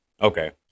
Okay